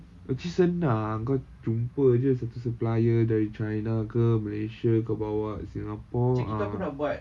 actually senang kau jumpa jer satu supplier dari china ke malaysia kau bawa singapore ah